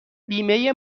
بیمه